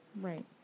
Right